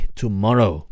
tomorrow